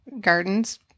gardens